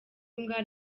imbwa